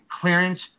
clearance